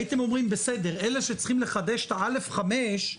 הייתם אומרים: אלה שצריכים לחדש את ה-א' 5,